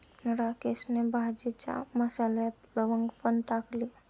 राकेशने भाजीच्या मसाल्यात लवंग पण टाकली